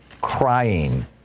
crying